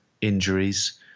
injuries